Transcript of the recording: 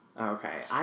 Okay